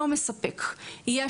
לא יהיה מספק עבורם.